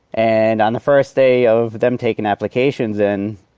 and on the first day of them taking applications in,